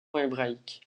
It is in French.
hébraïque